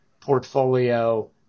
portfolio